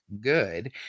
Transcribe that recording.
good